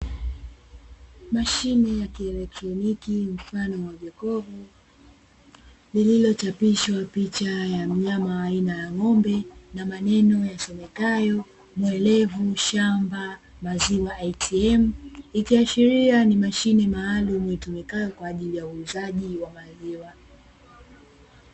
Mashine ya kielektroniki mfano wa jokofu, lililochapihwa picha ya mnyama aina ya ng'ombe na maneno yasomekayo "Mwerevu Shamba Maziwa ATM", ikiashiria ni mashine maalumu, itumikayo kwa ajili ya uuzaji wa maziwa.